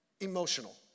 Emotional